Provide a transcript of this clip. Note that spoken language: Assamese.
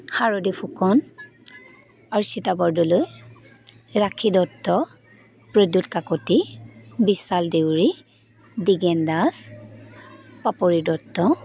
শাৰদী ফুকন অৰ্চিতা বৰদলৈ ৰাশি দত্ত বিদ্যুৎ কাকতী বিশাল দেউৰী দ্বিগেন দাস পাপৰি দত্ত